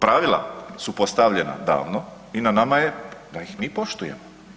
Pravila su postavljena davno i na nama je da ih mi poštujemo.